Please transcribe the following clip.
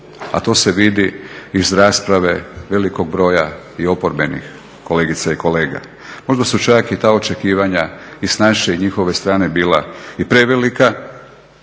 A to se vidi iz rasprave velikog broja i oporbenih kolegica i kolega. Možda su čak i ta očekivanja i s naše i s njihove strane bila i prevelika.